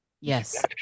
Yes